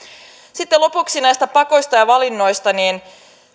sitten lopuksi näistä pakoista ja valinnoista